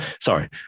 sorry